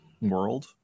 world